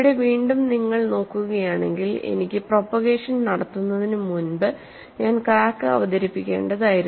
ഇവിടെ വീണ്ടും നിങ്ങൾ നോക്കുകയാണെങ്കിൽ എനിക്ക് പ്രൊപോഗേഷൻ നടത്തുന്നതിന് മുൻപ് ഞാൻ ക്രാക്ക് അവതരിപ്പിക്കേണ്ടതായിരുന്നു